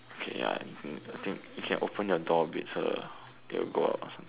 okay ya you can I think you can open your door a bit so it'll go out or some